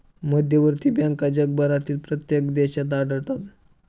मध्यवर्ती बँका जगभरातील प्रत्येक देशात आढळतात